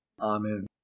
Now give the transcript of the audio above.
Amen